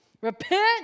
repent